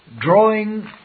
drawing